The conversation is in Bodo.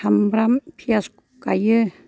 सामब्राम पियास गायो